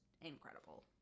incredible